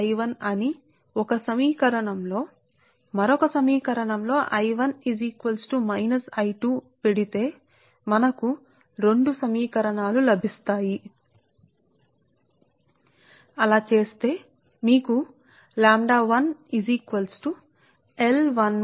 కాబట్టి మీరు I2 ని మైనస్ I1 గా మొదటి సమీకరణం లో వ్రాస్తే ఉంచితే I2 ని మైనస్ I1 గా మరొక సమీకరణం లో వ్రాస్తే సమీకరణం మనం రెండింటి నీ పొందుతాము I2 ఒక సమీకరణానికి మైనస్ I 1 కు సమానం అని I 1 ను మైనస్ I 2 కు సమానం అని మరొక సమీకరణం లో సరే